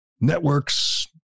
networks